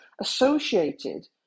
associated